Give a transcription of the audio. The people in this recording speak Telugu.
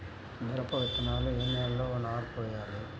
మిరప విత్తనాలు ఏ నెలలో నారు పోయాలి?